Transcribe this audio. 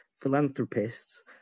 philanthropists